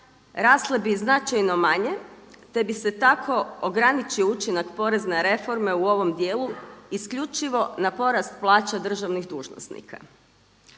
rasle bi značajno manje te bi se tako ograničio učinak porezne reforme u ovom dijelu isključivo na porast plaća državnih dužnosnika.